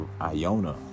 Iona